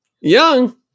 Young